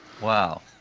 Wow